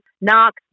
knock